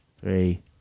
Three